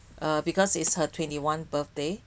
uh because it's her twenty-one birthday